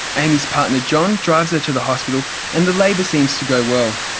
and her partner john drives her to the hospital and the labour seems to go well.